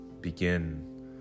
begin